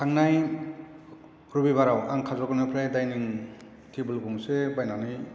थांनाय रबिबाराव आं काजलगावनिफ्राय दाइनिं टेबोल गंसे बायनानै